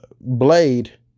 Blade